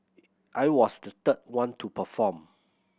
I was the third one to perform